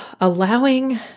allowing